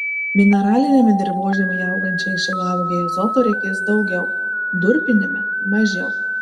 mineraliniame dirvožemyje augančiai šilauogei azoto reikės daugiau durpiniame mažiau